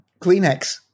Kleenex